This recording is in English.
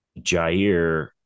Jair